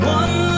one